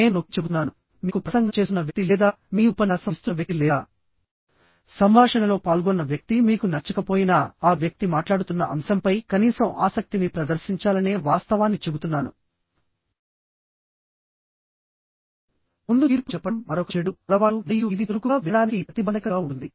నేను నొక్కి చెబుతున్నాను మీకు ప్రసంగం చేస్తున్న వ్యక్తి లేదా మీ ఉపన్యాసం ఇస్తున్న వ్యక్తి లేదా సంభాషణలో పాల్గొన్న వ్యక్తి మీకు నచ్చకపోయినాఆ వ్యక్తి మాట్లాడుతున్న అంశంపై కనీసం ఆసక్తిని ప్రదర్శించాలనే వాస్తవాన్ని చెబుతున్నాను ముందు తీర్పు చెప్పడం మరొక చెడు అలవాటు మరియు ఇది చురుకుగా వినడానికి ప్రతిబంధకంగా ఉంటుంది